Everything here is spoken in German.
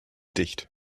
dicht